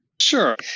Sure